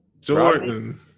Jordan